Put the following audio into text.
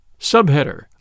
Subheader